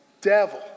devil